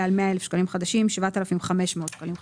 על 100 אלף שקלים חדשים - 7,500 שקלים חדשים".